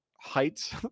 heights